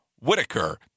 Whitaker